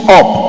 up